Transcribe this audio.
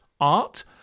art